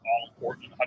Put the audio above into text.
all-important